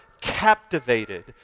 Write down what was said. captivated